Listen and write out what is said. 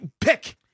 Pick